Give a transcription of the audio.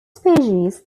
species